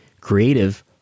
Creative